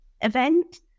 event